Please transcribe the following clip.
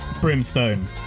Brimstone